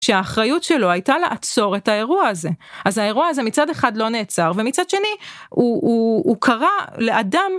שהאחריות שלו הייתה לעצור את האירוע הזה. אז האירוע הזה מצד אחד לא נעצר ומצד שני הוא קרה לאדם